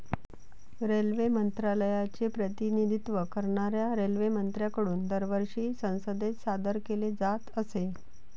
railway मंत्रालयाचे प्रतिनिधित्व करणाऱ्या रेल्वेमंत्र्यांकडून दरवर्षी संसदेत सादर केले जात असे